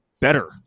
better